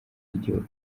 bw’igihugu